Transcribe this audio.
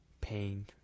pain